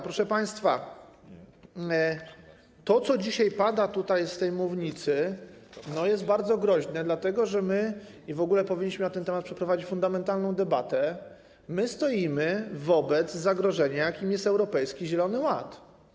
Proszę państwa, to, co dzisiaj pada tutaj z tej mównicy, jest bardzo groźne, dlatego że my - i w ogóle powinniśmy na ten temat przeprowadzić fundamentalną debatę - stoimy wobec zagrożenia, jakim jest Europejski Zielony Ład.